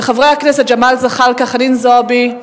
חברי הכנסת ג'מאל זחאלקה וחנין זועבי.